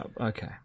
okay